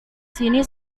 sini